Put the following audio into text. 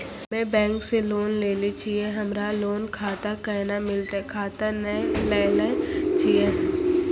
हम्मे बैंक से लोन लेली छियै हमरा लोन खाता कैना मिलतै खाता नैय लैलै छियै?